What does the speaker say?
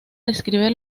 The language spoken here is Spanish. describe